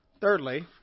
Thirdly